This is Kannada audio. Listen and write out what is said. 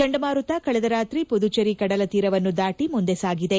ಚಂಡಮಾರುತ ಕಳೆದ ರಾತ್ರಿ ಪುದುಚೆರಿ ಕಡಲತೀರವನ್ನು ದಾಟಿ ಮುಂದೆ ಸಾಗಿದೆ